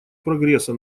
прогресса